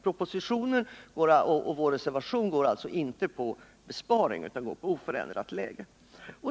Propositionen och vår reservation går alltså inte på en besparing utan på oförändrat läge.